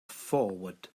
forward